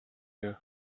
you